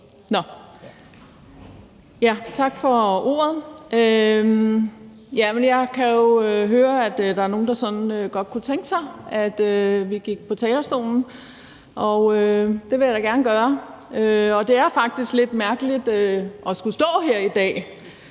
Tak for ordet. Jeg kan jo høre, at der er nogle, der sådan godt kunne tænke sig, at vi gik på talerstolen, og det vil jeg da gerne gøre. Det er faktisk lidt mærkeligt at skulle stå her i dag